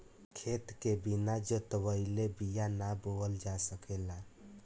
खेत के बिना जोतवले बिया ना बोअल जा सकेला